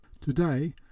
Today